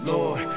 Lord